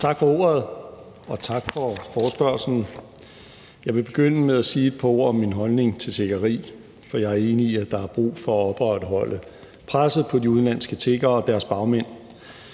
Tak for ordet. Og tak for forespørgslen. Jeg vil begynde med at sige et par ord om min holdning til tiggeri, for jeg er enig i, at der er brug for at opretholde presset på de udenlandske tiggere og deres bagmænd.